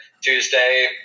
Tuesday